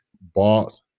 bought